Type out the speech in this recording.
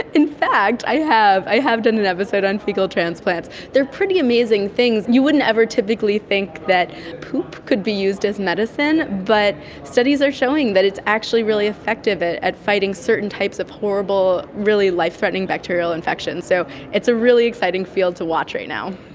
in fact i have, i have done an episode on faecal transplants. they are pretty amazing things. you wouldn't ever typically think that poop could be used as medicine, but studies are showing that it's actually really effective at at fighting certain types of horrible really life threatening bacterial infections. so it's a really exciting field to watch right now.